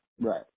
right